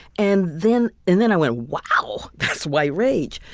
and then and then i went wow. that's white rage,